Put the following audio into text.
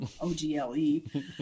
O-G-L-E